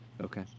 Okay